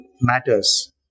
matters